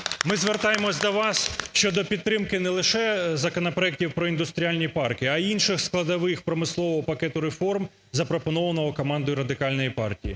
Ми звертаємося до вас щодо підтримки не лише законопроектів про індустріальні парки, а інших складових промислового пакету реформ, запропонованого командою Радикальної партії.